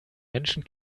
menschen